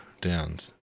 downs